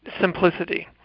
simplicity